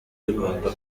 bugomba